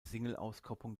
singleauskopplung